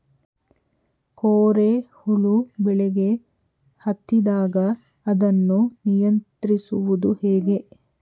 ಕೋರೆ ಹುಳು ಬೆಳೆಗೆ ಹತ್ತಿದಾಗ ಅದನ್ನು ನಿಯಂತ್ರಿಸುವುದು ಹೇಗೆ?